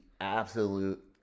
absolute